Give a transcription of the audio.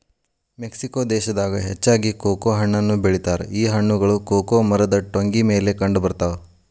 Mexico ದೇಶದಾಗ ಹೆಚ್ಚಾಗಿ cocoa ಹಣ್ಣನ್ನು ಬೆಳಿತಾರ ಈ ಹಣ್ಣುಗಳು ಕೊಕೊ ಮರದ ಟೊಂಗಿ ಮೇಲೆ ಕಂಡಬರ್ತಾವ